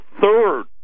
third